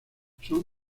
son